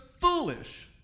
foolish